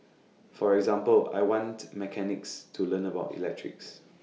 for example I want mechanics to learn about electrics